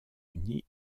unis